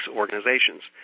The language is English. organizations